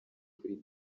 kuri